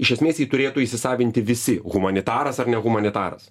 iš esmės jį turėtų įsisavinti visi humanitaras ar nehumanitaras